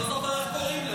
--- לא זוכר איך קוראים לו,